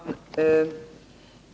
Herr talman!